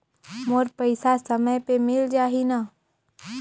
मोर पइसा समय पे मिल जाही न?